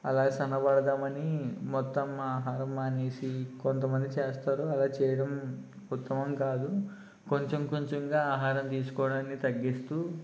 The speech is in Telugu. అలా సన్నబడదామని మొత్తం ఆహారం మానేసి కొంతమంది చేస్తారు అలా చేయడం ఉత్తమం కాదు కొంచెం కొంచెంగా ఆహారాన్ని తీసుకోవడాన్ని తగ్గిస్తూ